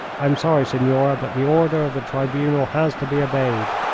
i am sorry, signora, but the order of the tribunal has to be obeyed.